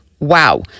wow